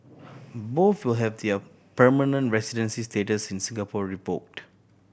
both will have their permanent residency status in Singapore revoked